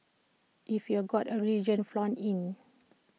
if you've got A religion flaunt in